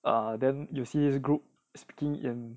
ah then you'll see this group speaking in